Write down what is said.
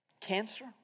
Cancer